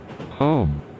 Home